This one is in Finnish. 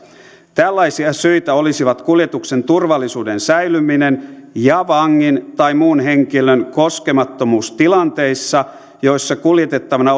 tällaisia syitä olisivat kuljetuksen turvallisuuden säilyminen ja vangin tai muun henkilön koskemattomuus tilanteissa joissa kuljetettavana